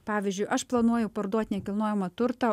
pavyzdžiui aš planuoju parduot nekilnojamą turtą